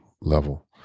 Level